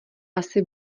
asi